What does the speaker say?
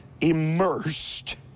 immersed